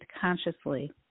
consciously